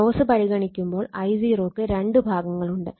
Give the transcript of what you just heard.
loss പരിഗണിക്കുമ്പോൾ I0 ക്ക് രണ്ട് ഭാഗങ്ങളുണ്ട്